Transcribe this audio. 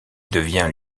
devient